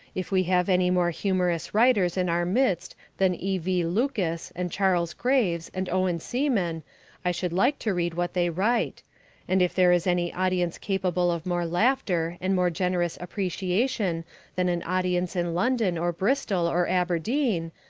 if we have any more humorous writers in our midst than e. v. lucas and charles graves and owen seaman i should like to read what they write and if there is any audience capable of more laughter and more generous appreciation than an audience in london, or bristol, or aberdeen,